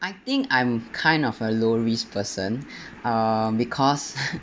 I think I'm kind of a low risk person uh because